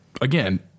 again